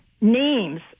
names